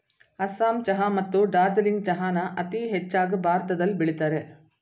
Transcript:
ಅಸ್ಸಾಂ ಚಹಾ ಮತ್ತು ಡಾರ್ಜಿಲಿಂಗ್ ಚಹಾನ ಅತೀ ಹೆಚ್ಚಾಗ್ ಭಾರತದಲ್ ಬೆಳಿತರೆ